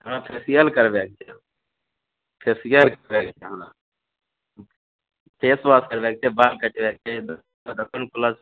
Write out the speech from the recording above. हँ फेसियल करबाके छै फेसियल कहै छै हँ फेसवाश करबाके छै बाल कटबएके छै रतन प्लस